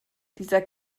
dieser